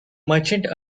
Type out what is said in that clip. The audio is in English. merchant